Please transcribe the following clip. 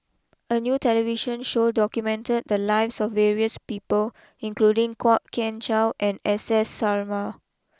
a new television show documented the lives of various people including Kwok Kian Chow and S S Sarma